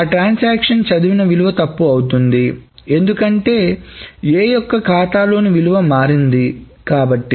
అ transaction చదివిన విలువ తప్పు అవుతుంది ఎందుకంటే A యొక్క ఖాతాలోని విలువ మారింది కాబట్టి